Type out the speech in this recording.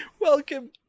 Welcome